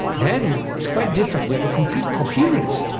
then it's quite different, you have a complete coherence.